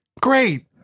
Great